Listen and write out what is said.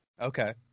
Okay